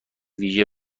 ویژه